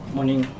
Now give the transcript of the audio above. Morning